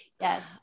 yes